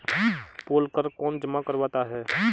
पोल कर कौन जमा करवाता है?